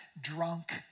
drunk